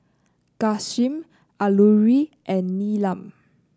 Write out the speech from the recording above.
Ghanshyam Alluri and Neelam